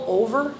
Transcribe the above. over